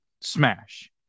smash